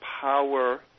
power